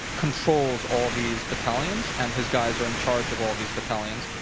controls all these battalions and his guys are in charge of all these battalions.